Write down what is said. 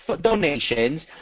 donations